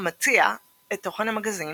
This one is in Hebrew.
המציע את תוכן המגזין